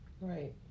Right